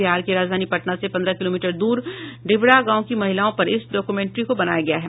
बिहार की राजधानी पटना से पंद्रह किलोमीटर द्र ढिबरा गांव की महिलाओं पर इस डॉक्यूमेंट्री को बनाया गया है